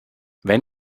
wenn